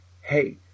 hey